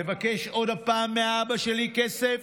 לבקש עוד פעם מאבא שלי כסף,